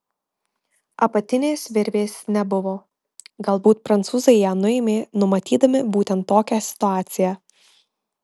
apatinės virvės nebuvo galbūt prancūzai ją nuėmė numatydami būtent tokią situaciją